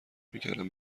میکردم